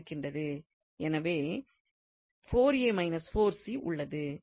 எனவே உள்ளது